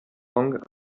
song